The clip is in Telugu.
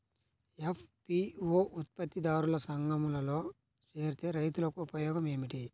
ఎఫ్.పీ.ఓ ఉత్పత్తి దారుల సంఘములో చేరితే రైతులకు ఉపయోగము ఏమిటి?